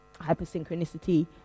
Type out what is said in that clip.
hypersynchronicity